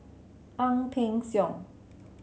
Ang Peng Siong